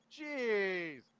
Jeez